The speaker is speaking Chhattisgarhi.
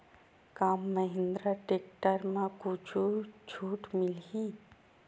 का महिंद्रा टेक्टर म कुछु छुट मिलही?